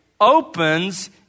opens